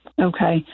Okay